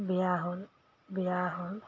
বিয়া হ'ল বিয়া হ'ল